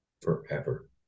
Forever